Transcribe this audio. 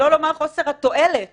שלא לומר חוסר התועלת